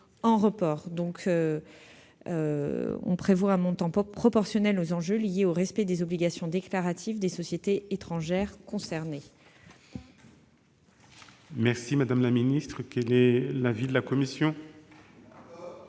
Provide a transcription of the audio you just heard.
Il est donc prévu un montant proportionnel aux enjeux liés au respect des obligations déclaratives des sociétés étrangères concernées. Quel est l'avis de la commission ?